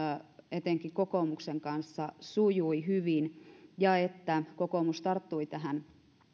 etenkin kokoomuksen kanssa sujui hyvin ja että kokoomus tarttui tähän